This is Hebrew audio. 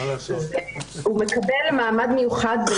הוא מקבל מעמד מיוחד,